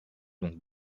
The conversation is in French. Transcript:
donc